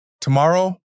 Tomorrow